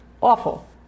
awful